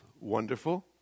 Wonderful